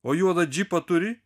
o juodą džipą turi